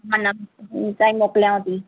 मन ॿी ताईं मोकिलियांव थी